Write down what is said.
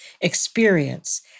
experience